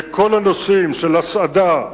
וכל הנושאים של הסעדה,